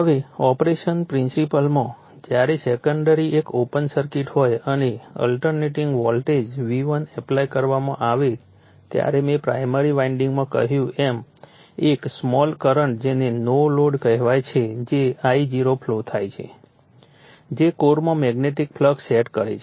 હવે ઓપરેશન પ્રિન્સીપલમાં જ્યારે સેકન્ડરી એક ઓપન સર્કિટ હોય અને ઓલ્ટરનેટીંગ વોલ્ટેજ V1 એપ્લાય કરવામાં આવે ત્યારે મેં પ્રાઇમરી વાઇન્ડિંગમાં કહ્યું એમ એક સ્મોલ કરંટ જેને નો લોડ કહેવાય છે જે I0 ફ્લો થાય છે જે કોરમાં મેગ્નેટિક ફ્લક્સ સેટ કરે છે